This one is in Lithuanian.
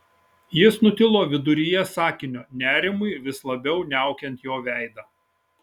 jis nutilo viduryje sakinio nerimui vis labiau niaukiant jo veidą